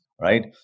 Right